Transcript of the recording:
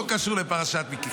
לא קשור לפרשת מקץ.